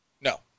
No